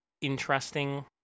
interesting